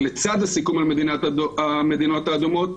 לצד הסיכום על המדינות האדומות,